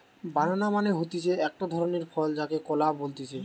বানানা মানে হতিছে একটো ধরণের ফল যাকে কলা বলতিছে